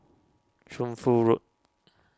Shunfu Road